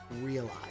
realize